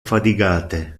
fatigate